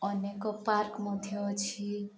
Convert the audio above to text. ଅନେକ ପାର୍କ ମଧ୍ୟ ଅଛି